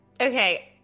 Okay